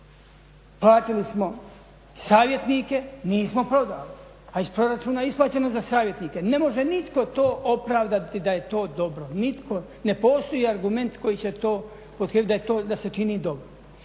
Platili smo savjetnike, nismo prodali. A iz proračuna je isplaćeno za savjetnike. Ne može nitko to opravdati da je to dobro, nitko. Ne postoji argument koji će to potkrijepiti da je to, da